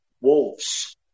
wolves